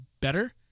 better